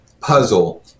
puzzle